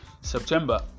September